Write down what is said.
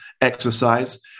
exercise